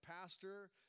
pastor